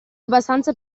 abbastanza